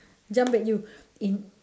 jump at you in